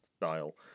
style